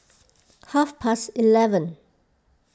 half past eleven